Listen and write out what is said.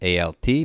alt